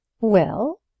Well